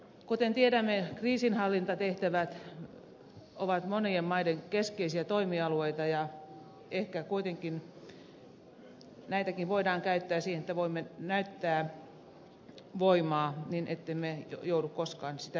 kuten tiedämme kriisinhallintatehtävät ovat monien maiden keskeisiä toimialueita ja ehkä kuitenkin näitäkin voidaan käyttää siihen että voimme näyttää voimaa niin ettemme joudu koskaan sitä voimaa käyttämään